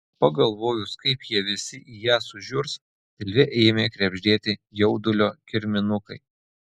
pagalvojus kaip jie visi į ją sužiurs pilve ėmė krebždėti jaudulio kirminukai